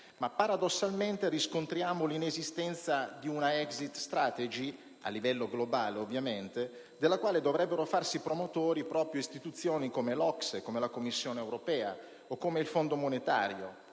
ma paradossalmente riscontriamo l'inesistenza di una *exit strategy* (a livello globale, ovviamente), della quale dovrebbero farsi promotrici proprio istituzioni come l'OCSE, la Commissione europea o il Fondo monetario,